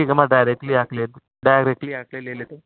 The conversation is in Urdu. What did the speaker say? ٹھیک ہے میں ڈائریکٹلی آ کے لے ڈائریکٹلی آ کے لے لیتا ہوں